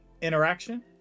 interaction